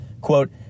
Quote